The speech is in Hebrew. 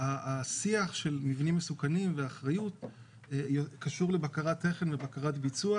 השיח של מבנים מסוכנים והאחריות קשור לבקרת תכן ובקרת ביצוע,